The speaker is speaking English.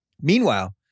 Meanwhile